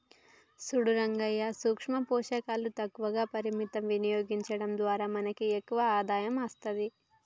సూడు రంగయ్యా సూక్ష పోషకాలు తక్కువ పరిమితం వినియోగించడం ద్వారా మనకు ఎక్కువ ఆదాయం అస్తది